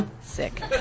Sick